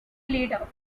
leader